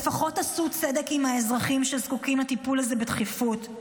לפחות תעשו צדק עם האזרחים שזקוקים לטיפול הזה בדחיפות.